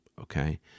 okay